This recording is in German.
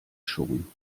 schon